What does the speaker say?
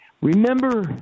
Remember